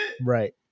Right